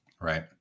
Right